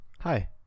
Hi